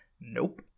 Nope